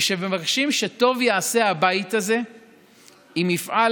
ומבקשים שטוב יעשה הבית הזה אם יפעל